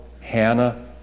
Hannah